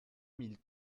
mille